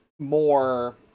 more